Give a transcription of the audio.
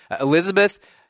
Elizabeth